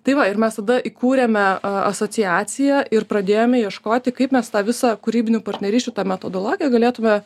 tai va ir mes tada įkūrėme asociaciją ir pradėjome ieškoti kaip mes tą visą kūrybinių partnerysčių tą metodologiją galėtume